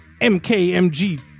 MKMG